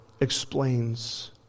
explains